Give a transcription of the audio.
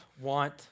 want